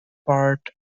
part